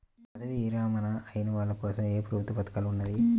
పదవీ విరమణ అయిన వాళ్లకోసం ఏ ప్రభుత్వ పథకాలు ఉన్నాయి?